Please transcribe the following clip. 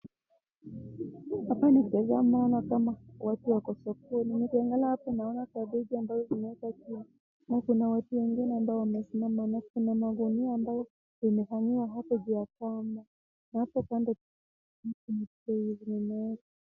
Hapa nikitazama naona watu wako sokoni. Nikiangalia hapa naona kabeji ambazo zimewekwa chini. Kuna watu wengine ambao wamesimama na kuna magunia pia.